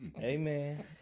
Amen